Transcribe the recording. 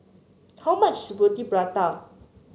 how much is prata